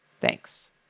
Thanks